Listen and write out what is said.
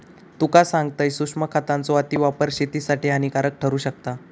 तुका सांगतंय, सूक्ष्म खतांचो अतिवापर शेतीसाठी हानिकारक ठरू शकता